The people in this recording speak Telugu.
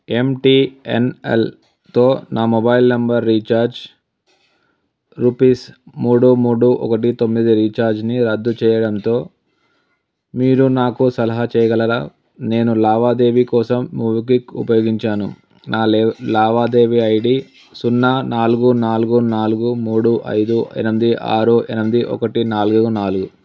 ఎం టీ ఎన్ ఎల్తో నా మొబైల్ నెంబర్ రీఛార్జ్ రుపీస్ మూడు మూడు ఒకటి తొమ్మిది రీఛార్జ్ని రద్దు చేయడంతో మీరు నాకు సలహా చేయగలరా నేను లావాదేవీ కోసం మొబిక్విక్ ఉపయోగించాను నా లే లావాదేవీ ఐ డీ సున్నా నాలుగు నాలుగు నాలుగు మూడు ఐదు ఎనిమిది ఆరు ఎనిమిది ఒకటి నాలుగు నాలుగు